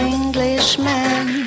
Englishman